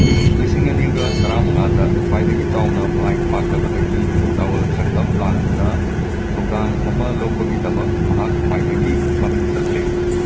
ꯏꯪ ꯂꯤꯁꯤꯡ ꯑꯅꯤꯒ ꯇꯔꯥꯃꯉꯥꯗ ꯈ꯭ꯋꯥꯏꯗꯒꯤ ꯆꯥꯎꯅ ꯃꯥꯏ ꯄꯥꯛꯄꯗꯒꯤ ꯆꯥꯋꯜ ꯁꯛꯇꯝ ꯂꯥꯡꯗꯨꯅ ꯊꯧꯗꯥꯡ ꯑꯃ ꯂꯧꯕꯒꯤꯗꯃꯛ ꯃꯍꯥꯛ ꯈ꯭ꯋꯥꯏꯗꯒꯤ ꯃꯃꯤꯡ ꯆꯠꯂꯤ